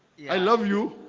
i love you.